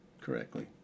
correctly